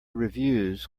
reviews